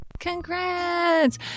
Congrats